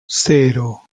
cero